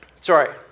Sorry